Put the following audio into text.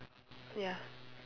ya